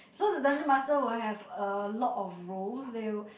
so the dungeon master will have a lot of roles they